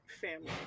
family